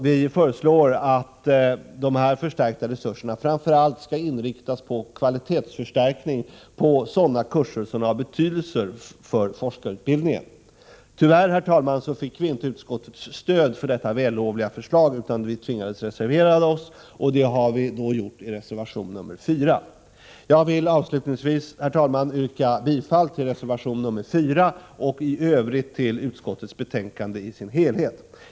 Vi föreslår att förstärkningen av resurserna framför allt skall inriktas på förbättring av kvaliteten på sådana kurser som har betydelse för forskarutbildningen. Tyvärr, herr talman, fick vi inte utskottets stöd för detta vällovliga förslag, utan vi har tvingats reservera oss, vilket skett i form av reservation 4. Jag vill avslutningsvis yrka bifall till reservation 4 och i övrigt till utskottets hemställan i dess helhet.